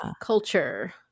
culture